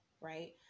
right